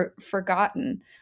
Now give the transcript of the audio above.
forgotten